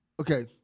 Okay